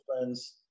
friends